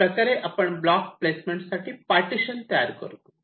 अशाप्रकारे आपण block placement साठी पार्टिशन तयार करतो